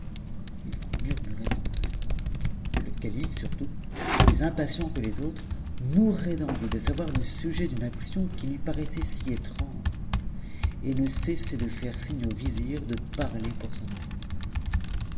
ils en murmuraient en eux-mêmes le calife surtout plus impatient que les autres mourait d'envie de savoir le sujet d'une action qui lui paraissait si étrange et ne cessait de faire signe au vizir de parler pour s'en informer